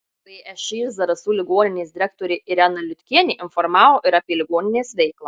všį zarasų ligoninės direktorė irena liutkienė informavo ir apie ligoninės veiklą